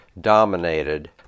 dominated